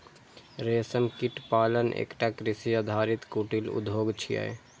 रेशम कीट पालन एकटा कृषि आधारित कुटीर उद्योग छियै